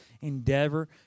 endeavor